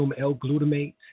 L-glutamate